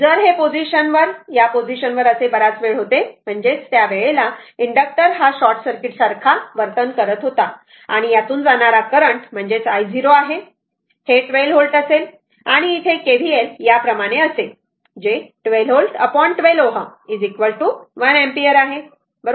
जर हे या पोझिशन वर असे बराच वेळ होते त्यावेळेला इंडक्टर हा शॉर्टसर्किट सारखा वर्तन करत होता आणि यातून जाणार करंट म्हणजेच i0 आहे हे 12 व्होल्ट असेल आणि इथे KVL या प्रमाणे असेल जे 12 व्होल्ट 12 Ω 1 एंपियर आहे बरोबर